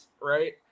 right